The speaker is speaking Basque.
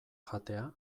jatea